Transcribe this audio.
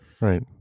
right